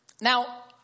Now